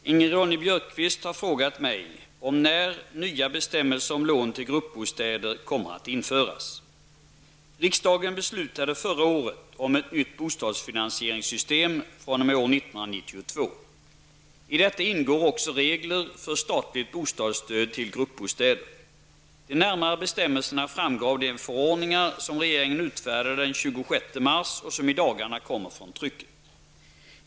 Herr talman! Ingrid Ronne-Björkqvist har frågat mig om när nya bestämmelser om lån till gruppbostäder kommer att införas. Riksdagen beslutade förra året om ett nytt bostadsfinansieringssystem fr.o.m. år 1992. I detta ingår också regler för statligt bostadsstöd till gruppbostäder. De närmare bestämmelserna framgår av de förordningar som regeringen utfärdade den 26 mars och som i dagarna kommer från trycket.